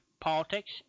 politics